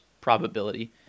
probability